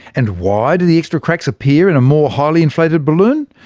and why do the extra cracks appear in a more highly inflated balloon?